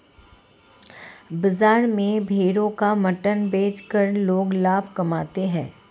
बाजार में भेड़ों का मटन बेचकर लोग लाभ कमाते है